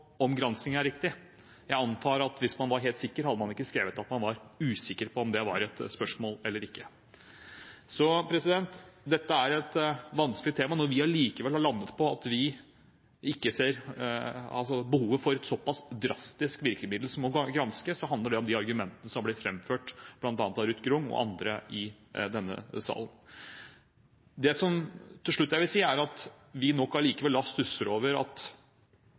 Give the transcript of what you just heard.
er riktig. Jeg antar at hvis man var helt sikker, hadde man ikke skrevet at man var usikker på om det var et spørsmål eller ikke. Dette er et vanskelig tema, og når vi allikevel har landet på at vi ikke ser behovet for et såpass drastisk virkemiddel som det å granske, handler det om de argumentene som er blitt framført, bl.a. av representanten Ruth Grung og andre i denne salen. Det jeg vil si til slutt, er at vi nok allikevel